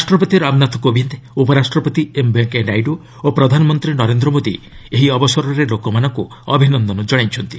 ରାଷ୍ଟ୍ରପତି ରାମନାଥ କୋବିନ୍ଦ୍ ଉପରାଷ୍ଟ୍ରପତି ଏମ୍ ଭେଙ୍କିୟା ନାଇଡ଼ୁ ଓ ପ୍ରଧାନମନ୍ତ୍ରୀ ନରେନ୍ଦ୍ର ମୋଦି ଏହି ଅବସରରେ ଲୋକମାନଙ୍କୁ ଅଭିନନ୍ଦନ ଜଣାଇଛନ୍ତି